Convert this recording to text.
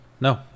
No